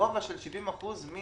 כדאי להוסיף גם בסעיף קטן (י) את